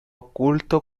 oculto